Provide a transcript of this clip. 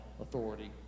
authority